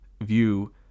view